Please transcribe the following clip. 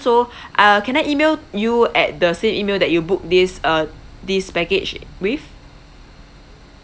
so uh can I E-mail you at the same E-mail that you book this uh this package with